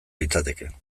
litzateke